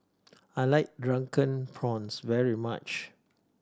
I like Drunken Prawns very much